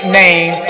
name